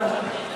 שלום.